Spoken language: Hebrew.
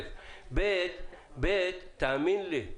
בי"ת, תאמין לי,